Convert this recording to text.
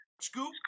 Scoop